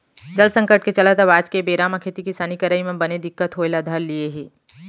जल संकट के चलत अब आज के बेरा म खेती किसानी करई म बने दिक्कत होय ल धर लिये हे